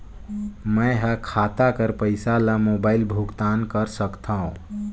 मैं ह खाता कर पईसा ला मोबाइल भुगतान कर सकथव?